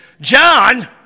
John